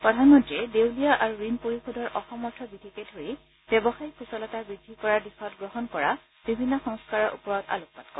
প্ৰধানমন্ত্ৰীয়ে দেউলীয়া আৰু ঋণ পৰিশোধৰ অসামৰ্থ বিধিকে ধৰি ব্যৱসায়ীক সুচলতা বৃদ্ধি কৰাৰ দিশত গ্ৰহণ কৰা বিভিন্ন সংস্কাৰৰ ওপৰত আলোকপাত কৰে